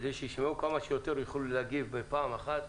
כמה שיותר ויוכלו להגיב בפעם אחת.